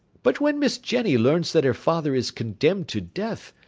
but when miss jenny learns that her father is condemned to death,